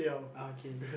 oh okay okay